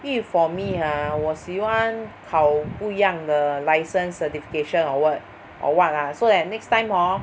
因为 for me ha 我喜欢考不一样的 license certification or what or what lah so that next time hor